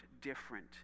different